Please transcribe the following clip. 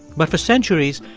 but for centuries,